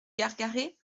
gargaret